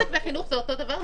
עסק וחינוך זה אותו דבר?